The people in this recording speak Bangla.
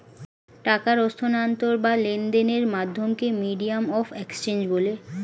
টাকার স্থানান্তর বা লেনদেনের মাধ্যমকে মিডিয়াম অফ এক্সচেঞ্জ বলে